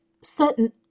certain